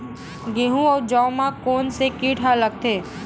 गेहूं अउ जौ मा कोन से कीट हा लगथे?